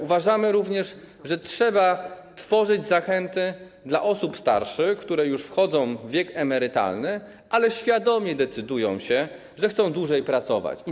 Uważamy również, że trzeba tworzyć zachęty dla osób starszych, które już wchodzą w wiek emerytalny, ale świadomie decydują się, że chcą pracować dłużej.